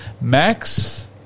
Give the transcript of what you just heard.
Max